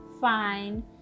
Fine